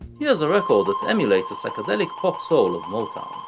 here's a record that emulates the psychedelic pop-soul of motown.